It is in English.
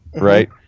right